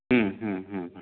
ಹ್ಞೂ ಹ್ಞೂ ಹ್ಞೂ ಹ್ಞೂ